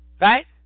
right